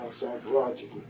psychologically